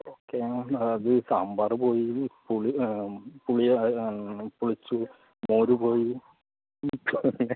okay അത് സാമ്പാറ് പോയി പുളി പുളി അത് പുളിച്ചു മോര് പോയി ഇത് പിന്നെ